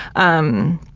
um,